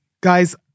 guys